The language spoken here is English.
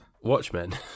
Watchmen